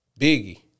Biggie